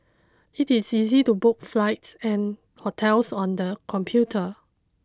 it is easy to book flights and hotels on the computer